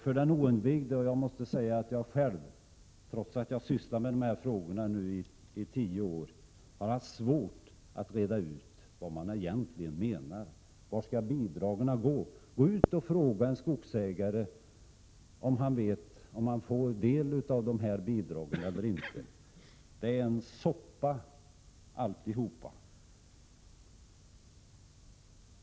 För den oinvigde — och jag måste säga att jag själv, trots att jag sysslat med de här frågorna i tio år, har haft svårt att reda ut vad man egentligen menar — är det omöjligt att veta vart bidragen skall gå. Fråga en skogsägare om han vet om han får del av bidragen eller inte! Det är en soppa alltihop.